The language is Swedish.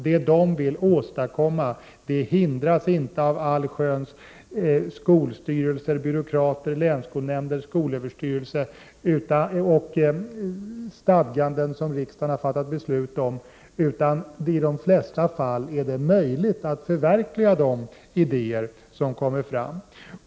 Det som de vill genomföra skall inte hindras av allsköns byråkrati av olika myndigheter — skolstyrelser, länsskolnämnder och skolöverstyrelsen — eller av stadganden som riksdagen har fattat beslut om. Det skall i de flesta fall vara möjligt att förverkliga de idéer som kommer fram.